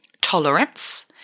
tolerance